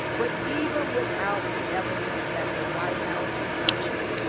but even without the evidence that the white house is hiding,